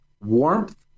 warmth